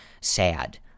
sad